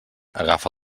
agafa